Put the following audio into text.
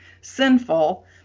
sinful